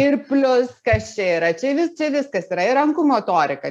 ir plius kas čia yra čia vi čia viskas yra ir rankų motorika